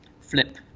flip